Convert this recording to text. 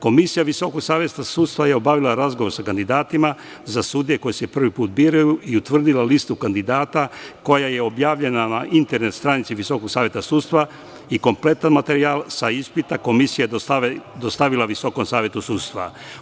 Komisija Visokog saveta sudstva je obavila razgovor sa kandidatima za sudije koji se prvi put biraju i utvrdila listu kandidata, koja je objavljena na internet stranici Visokog saveta sudstva i kompletan materijal sa ispita Komisija je dostavila Visokom savetu sudstva.